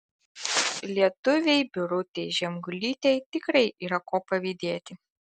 lietuvei birutei žemgulytei tikrai yra ko pavydėti